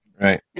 Right